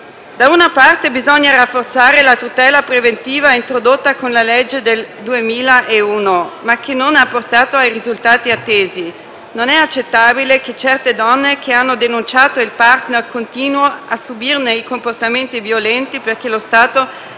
Da una parte, bisogna rafforzare la tutela preventiva introdotta con la legge del 2001, ma che non ha portato ai risultati attesi. Non è accettabile che certe donne che hanno denunciato il *partner* continuino a subirne i comportamenti violenti perché lo Stato